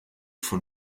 von